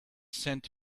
sent